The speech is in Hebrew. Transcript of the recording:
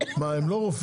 אני מניח שהם לא רופאים.